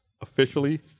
officially